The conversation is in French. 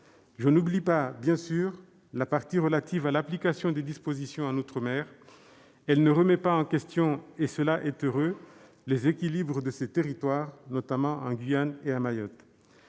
Je n'oublie pas, bien sûr, la partie relative à l'application des dispositions en outre-mer : elle ne remet pas en question- c'est heureux -les équilibres de ces territoires, notamment en Guyane et à Mayotte.